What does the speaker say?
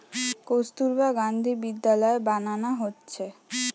কস্তুরবা গান্ধী বিদ্যালয় বানানা হচ্ছে